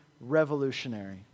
revolutionary